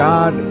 God